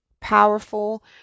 powerful